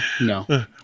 no